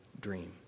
dream